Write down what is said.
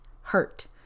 Hurt